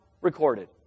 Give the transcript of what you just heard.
recorded